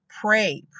pray